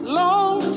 long